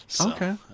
Okay